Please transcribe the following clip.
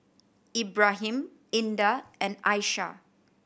Ibrahim Indah and Aishah